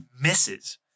misses